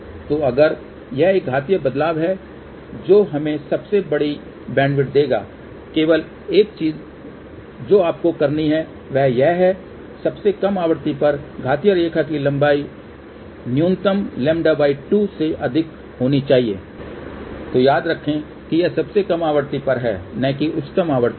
तो अगर यह एक घातीय बदलाव है जो हमें सबसे बड़ी बैंडविड्थ देगा केवल एक चीज जो आपको करनी है वह यह है सबसे कम आवृत्ति पर घातीय रेखा की लंबाई न्यूनतम λ2 से अधिक होनी चाहिए तो याद रखें कि यह सबसे कम आवृत्ति पर है न कि उच्चतम आवृत्ति पर